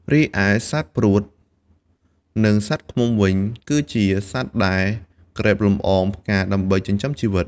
រីឯសត្វព្រួត និងសត្វឃ្មុំវិញ គឺជាសត្វដែលក្រេបលំអងផ្កាដើម្បីចិញ្ចឹមជីវិត។